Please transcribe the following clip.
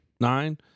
nine